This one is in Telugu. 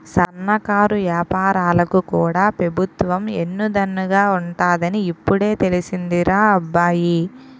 సన్నకారు ఏపారాలకు కూడా పెబుత్వం ఎన్ను దన్నుగా ఉంటాదని ఇప్పుడే తెలిసిందిరా అబ్బాయి